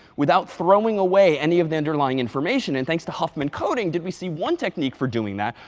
without throwing away any of the underlying information. and thanks to huffman coding did we see one technique for doing that,